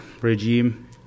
regime